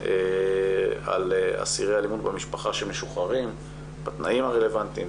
על אסירי אלימות במשפחה שמשוחררים בתנאים רלבנטיים,